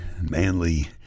manly